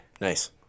Nice